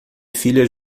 filha